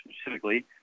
specifically